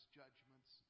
judgments